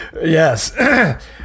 Yes